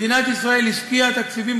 מדינת ישראל השקיעה בשנים האחרונות תקציבים